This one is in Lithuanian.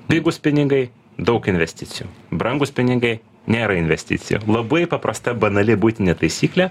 pigūs pinigai daug investicijų brangūs pinigai nėra investicijų labai paprasta banali buitinė taisyklė